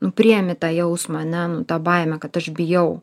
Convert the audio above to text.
nu priemi tą jausmą ane nu tą baimę kad aš bijau